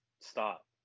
stop